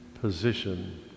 position